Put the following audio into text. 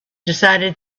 decided